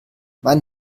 mein